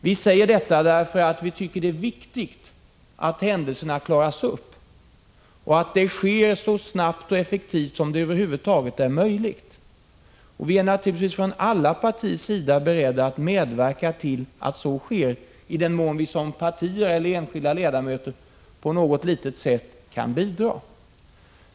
Vi säger det därför att vi tycker att det är viktigt att händelserna klaras upp och att det sker så snabbt och effektivt som det över huvud taget är möjligt. Vi är naturligtvis från alla partiers sida beredda att medverka till att så sker, i den mån vi som partier eller enskilda ledamöter på något sätt kan bidra.